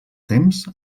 temps